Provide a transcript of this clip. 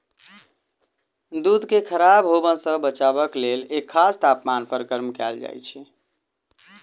दूध के खराब होयबा सॅ बचयबाक लेल एक खास तापमान पर गर्म कयल जाइत छै